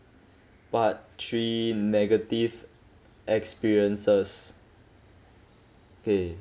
part three negative experiences K